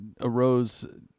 arose